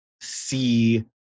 see